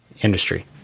industry